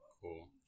Cool